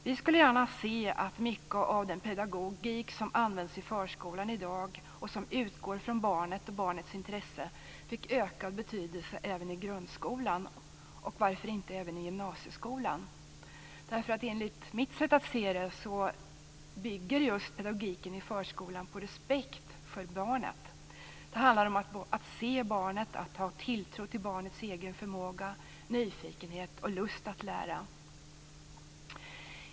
Vi skulle gärna se att mycket av den pedagogik som används i förskolan i dag, och som utgår från barnet och barnets intresse, fick ökad betydelse även i grundskolan - och varför inte även i gymnasieskolan? Enligt mitt sätt att se bygger pedagogiken i förskolan just på respekt för barnet. Det handlar om att se barnet och att ha tilltro till barnets egen förmåga, nyfikenhet och lust att lära.